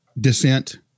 descent